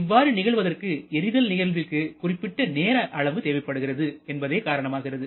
இவ்வாறு நிகழ்வதற்கு எரிதல் நிகழ்விற்கு குறிப்பிட்ட நேரஅளவு தேவைப்படுவது என்பதே காரணமாகிறது